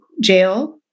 jail